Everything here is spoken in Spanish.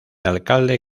alcalde